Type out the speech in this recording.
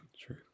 True